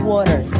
Water